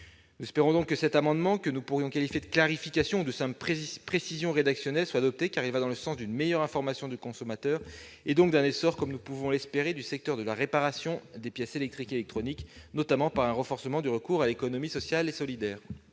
Nous espérons que cet amendement, que nous pourrions qualifier de clarification ou de simple précision rédactionnelle, sera adopté. Ces dispositions vont dans le sens d'une meilleure information du consommateur et donc d'un essor, comme nous pouvons l'espérer, du secteur de la réparation des pièces électriques et électroniques, notamment par un renforcement du recours à l'économie sociale et solidaire.